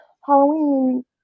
Halloween